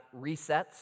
resets